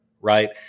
right